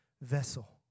vessel